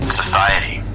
society